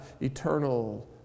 eternal